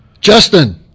Justin